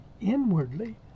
inwardly